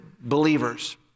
believers